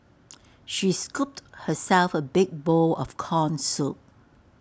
she scooped herself A big bowl of Corn Soup